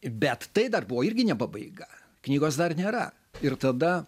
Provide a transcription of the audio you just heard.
bet tai dar buvo irgi ne pabaiga knygos dar nėra ir tada